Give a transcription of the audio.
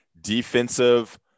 defensive